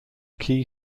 key